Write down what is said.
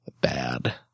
bad